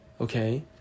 okay